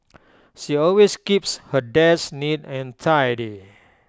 she always keeps her desk neat and tidy